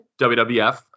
WWF